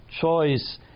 choice